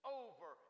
over